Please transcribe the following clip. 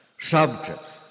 subjects